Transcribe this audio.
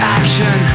action